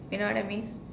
you know what I mean